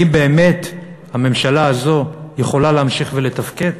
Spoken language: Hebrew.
האם באמת הממשלה הזאת יכולה להמשיך ולתפקד?